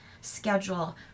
schedule